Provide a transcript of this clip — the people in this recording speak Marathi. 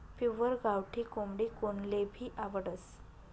पिव्वर गावठी कोंबडी कोनलेभी आवडस